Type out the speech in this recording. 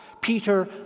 Peter